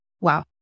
Wow